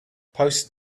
post